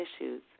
issues